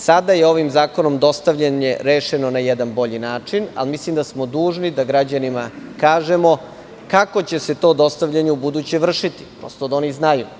Sada je ovim zakonom dostavljanje rešeno na jedan bolji način, ali mislim da smo dužni da građanima kažemo kako će se to dostavljanje ubuduće vršiti, odnosno da oni znaju.